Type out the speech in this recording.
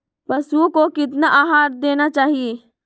पशुओं को कितना आहार देना चाहि?